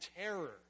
terror